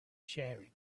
sharing